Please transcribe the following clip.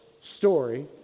story